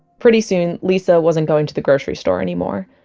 pretty soon, lisa wasn't going to the grocery store anymore.